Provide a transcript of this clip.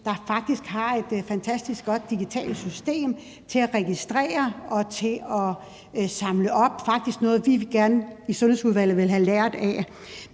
der faktisk har et fantastisk godt digitalt system til at registrere og til at samle op – faktisk noget, vi gerne i Sundhedsudvalget ville have lært af.